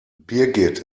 birgit